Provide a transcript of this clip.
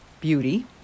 beauty